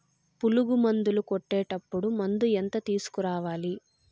పులుగు మందులు కొట్టేటప్పుడు మందు ఎంత తీసుకురావాలి?